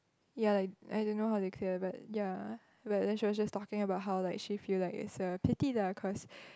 ya like I don't know how they clear but ya but then she was just talking about how like she feel like it's a pity lah cause